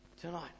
tonight